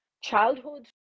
childhood